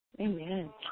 Amen